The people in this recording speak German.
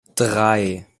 drei